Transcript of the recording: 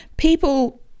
People